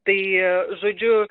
tai žodžiu